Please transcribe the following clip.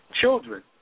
children